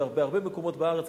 זה בהרבה מקומות בארץ,